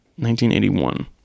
1981